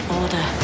order